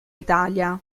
italia